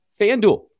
FanDuel